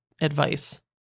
advice